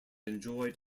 enjoyed